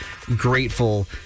grateful